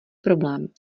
problém